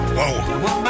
Whoa